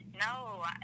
No